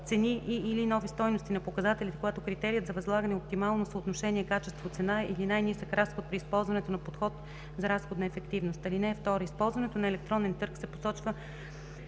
цени и/или нови стойности на показателите, когато критерият за възлагане е оптимално съотношение качество/цена или най-нисък разход, при използването на подход за разходна ефективност. (2) Използването на електронен търг се посочва